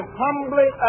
humbly